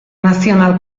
nazional